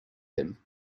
him